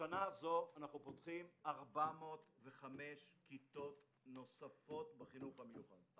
בשנה הזו אנחנו פותחים 405 כיתות נוספות בחינוך המיוחד.